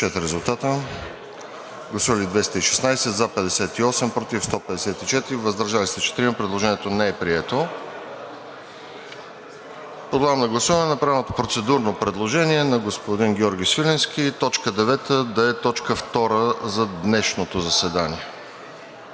Подлагам на гласуване направеното процедурно предложение на господин Георги Свиленски т. 9 да е т. 2 за днешното заседание.